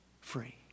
free